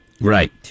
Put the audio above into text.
Right